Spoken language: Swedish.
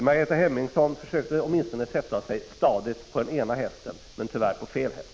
Margareta Hemmingsson försökte åtminstone sätta sig stadigt på den ena hästen, men tyvärr på fel häst.